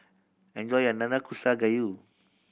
enjoy your Nanakusa Gayu